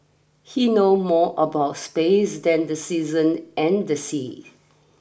he know more about space than the season and the sea